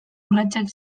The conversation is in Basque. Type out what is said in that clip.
urratsak